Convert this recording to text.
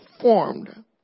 formed